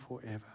forever